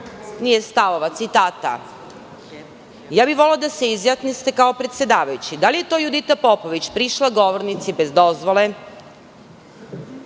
nije stavova, citata, ja bih volela da se izjasnite kao predsedavajući - da li je to Judita Popović prišla govornici bez dozvole,?